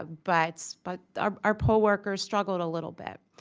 ah but but our our poll workers struggled a little bit.